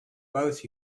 both